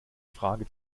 frage